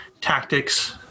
tactics